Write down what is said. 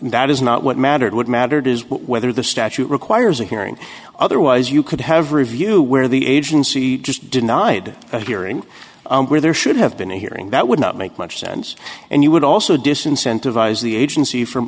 that is not what mattered what mattered is whether the statute requires a hearing otherwise you could have review where the agency just denied a hearing where there should have been a hearing that would not make much sense and you would also disincentive vies the agency from